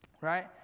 Right